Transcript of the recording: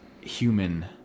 human